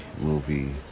movie